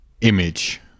image